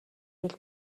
хэл